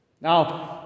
Now